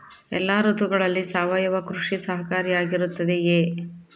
ಎಲ್ಲ ಋತುಗಳಲ್ಲಿ ಸಾವಯವ ಕೃಷಿ ಸಹಕಾರಿಯಾಗಿರುತ್ತದೆಯೇ?